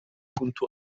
كنت